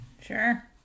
Sure